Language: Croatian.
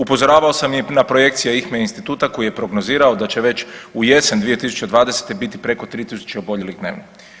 Upozoravao sam i na projekcije IHME instituta koji je prognozirao da će već u jesen 2020. biti preko 3 tisuće oboljelih dnevno.